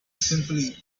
simply